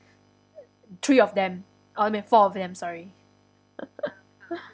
three of them uh I mean four of them sorry